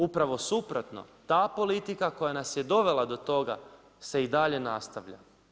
Upravo suprotno, ta politika koja nas je dovela do toga se i dalje nastavlja.